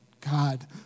God